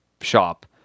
shop